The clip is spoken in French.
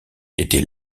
était